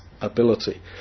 ability